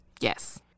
Yes